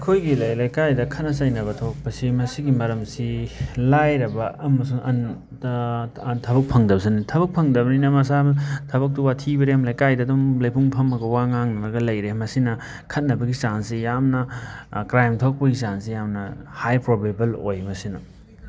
ꯑꯩꯈꯣꯏꯒꯤ ꯂꯩꯔꯛ ꯂꯩꯀꯥꯏꯗ ꯈꯠꯅ ꯆꯩꯅꯕ ꯊꯣꯛꯄꯁꯤ ꯃꯁꯤꯒꯤ ꯃꯔꯝꯁꯤ ꯂꯥꯏꯔꯕ ꯑꯃꯁꯨꯡ ꯊꯕꯛ ꯐꯪꯗꯕꯁꯨ ꯊꯕꯛ ꯐꯪꯗꯕꯅꯤꯅ ꯃꯁꯥꯃꯛ ꯊꯕꯛꯇꯣ ꯋꯥꯊꯤ ꯋꯥꯔꯦꯝ ꯂꯩꯀꯥꯏꯗ ꯑꯗꯨꯝ ꯂꯩꯄꯨꯡ ꯐꯝꯃꯒ ꯋꯥ ꯉꯥꯡꯉꯒ ꯂꯩꯔꯦ ꯃꯁꯤꯅ ꯈꯠꯅꯕꯒꯤ ꯆꯥꯟꯁꯁꯦ ꯌꯥꯝꯅ ꯀ꯭ꯔꯥꯏꯝ ꯊꯣꯛꯄꯩ ꯆꯥꯟꯁꯁꯦ ꯌꯥꯝꯅ ꯍꯥꯏ ꯄ꯭ꯔꯣꯕꯦꯕꯜ ꯑꯣꯏ ꯃꯁꯤꯅ